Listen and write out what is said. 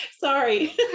sorry